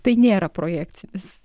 tai nėra projekcijas